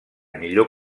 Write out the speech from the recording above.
millor